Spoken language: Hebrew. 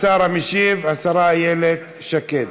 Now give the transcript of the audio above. השר המשיב, השרה איילת שקד.